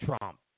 Trump